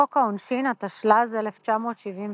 חוק העונשין, התשל"ז–1977,